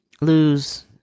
lose